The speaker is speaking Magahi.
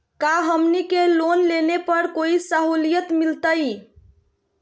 का हमनी के लोन लेने पर कोई साहुलियत मिलतइ?